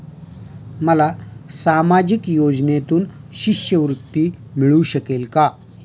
मला सामाजिक योजनेतून शिष्यवृत्ती मिळू शकेल का?